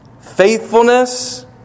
faithfulness